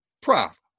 Prof